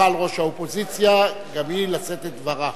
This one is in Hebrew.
תוכל ראש האופוזיציה גם היא לשאת את דברה.